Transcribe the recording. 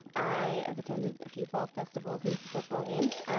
i have attended a few fall festivals and some football games.